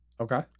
Okay